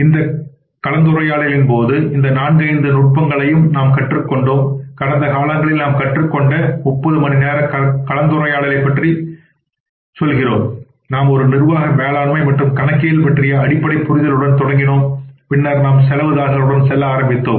இந்த கலந்துரையாடலின் போது இந்த 45 நுட்பங்களையும் நாம் கற்றுக் கொண்டோம் கடந்த காலங்களில் நாம் கற்றுக்கொண்ட 30 மணிநேர கலந்துரையாடலைப் பற்றிச் சொல்கிறோம் நாம் ஒரு நிர்வாக மேலாண்மை மற்றும் கணக்கியல் பற்றிய அடிப்படை புரிதலுடன் தொடங்கினோம் பின்னர் நாம் செலவு தாள்களுடன் செல்ல ஆரம்பித்தோம்